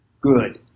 Good